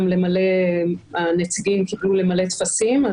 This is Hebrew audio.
הנציגים קיבלו למלא טפסים.